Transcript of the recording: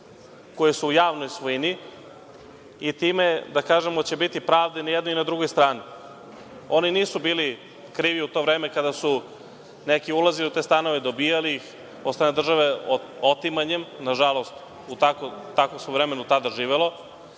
koji su u javnoj svojini i time, da kažem, da će biti pravde i na jednoj i na drugoj strani. Oni nisu bili krivi u to vreme kada su neki ulazili u te stanove, dobijali ih od strane države, otimanjem na žalost, u takvom se vremenu tada živelo.